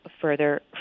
further